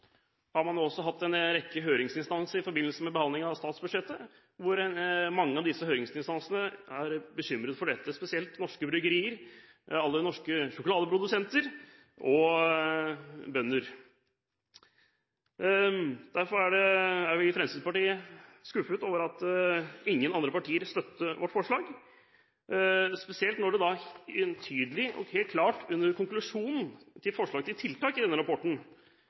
hatt en rekke høringer i forbindelse med behandlingen av statsbudsjettet. Mange av høringsinstansene er bekymret over dette, spesielt norske bryggerier, alle norske sjokoladeprodusenter og bønder. Derfor er vi i Fremskrittspartiet skuffet over at ingen andre partier vil støtte vårt forslag, spesielt når det i denne rapporten entydig og helt klart under konklusjonen om forslag til tiltak